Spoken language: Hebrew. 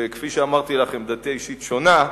וכפי שאמרתי לך, עמדתי האישית שונה,